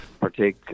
partake